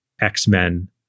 X-Men